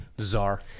czar